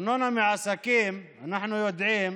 ארנונה מעסקים אנחנו יודעים